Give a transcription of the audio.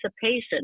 participation